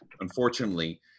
Unfortunately